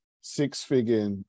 six-figure